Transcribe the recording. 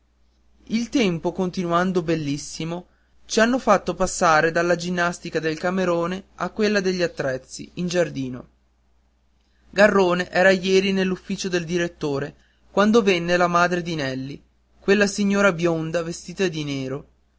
il tempo continuando bellissimo ci hanno fatto passare dalla ginnastica del camerone a quella degli attrezzi in giardino garrone era ieri nell'ufficio del direttore quando venne la madre di nelli quella signora bionda e vestita di nero